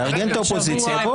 תארגן את האופוזיציה, בואו.